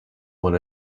when